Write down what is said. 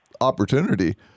opportunity